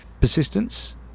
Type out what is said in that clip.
persistence